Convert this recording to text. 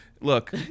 Look